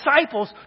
disciples